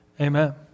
Amen